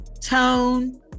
Tone